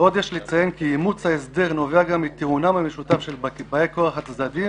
עוד יש לציין כי אימוץ ההסדר נובע גם מטיעונם המשותף של באי כוח הצדדים